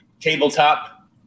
Tabletop